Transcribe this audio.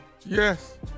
Yes